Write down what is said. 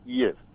yes